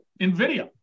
NVIDIA